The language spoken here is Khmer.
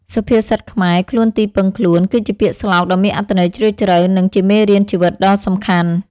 សុភាសិតខ្មែរ «ខ្លួនទីពឹងខ្លួន» គឺជាពាក្យស្លោកដ៏មានអត្ថន័យជ្រាលជ្រៅ និងជាមេរៀនជីវិតដ៏សំខាន់។